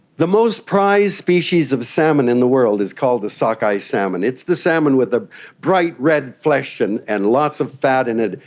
the most prized species of salmon in the world is called the sockeye salmon. it's the salmon with the bright red flesh and and lots of fat in it,